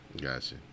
Gotcha